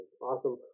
Awesome